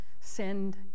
send